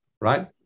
right